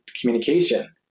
communication